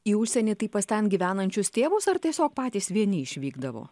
į užsienį tai pas ten gyvenančius tėvus ar tiesiog patys vieni išvykdavo